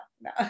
no